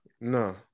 no